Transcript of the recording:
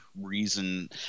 reason